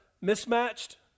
mismatched